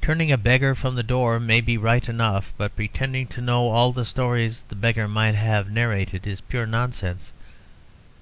turning a beggar from the door may be right enough, but pretending to know all the stories the beggar might have narrated is pure nonsense